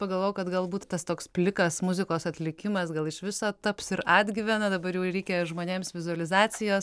pagalvojau kad galbūt tas toks plikas muzikos atlikimas gal iš viso taps ir atgyvena dabar jau reikia žmonėms vizualizacijos